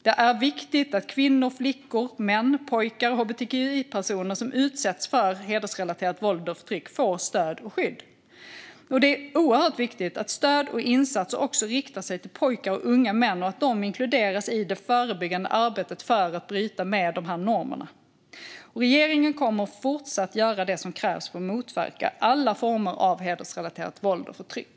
Det är viktigt att kvinnor, flickor, män, pojkar och hbtqi-personer som utsätts för hedersrelaterat våld och förtryck får stöd och skydd. Och det är oerhört viktigt att stöd och insatser också riktar sig till pojkar och unga män och att de inkluderas i det förebyggande arbetet för att bryta med de här normerna. Regeringen kommer att fortsatt göra det som krävs för att motverka alla former av hedersrelaterat våld och förtryck.